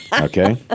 Okay